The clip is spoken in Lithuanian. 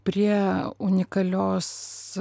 prie unikalios